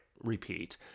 repeat